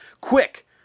Quick